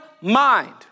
mind